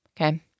Okay